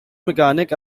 mechanic